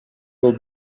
will